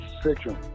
section